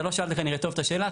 אתה לא שאלת כנראה טוב את השאלה,